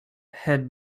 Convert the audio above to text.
had